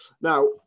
Now